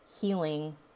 healing